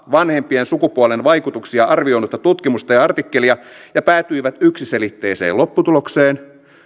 vanhempien sukupuolen vaikutuksia arvioinutta tutkimusta ja ja artikkelia ja päätyivät yksiselitteiseen lopputulokseen